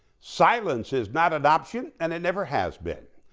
silence is not an option and it never has been.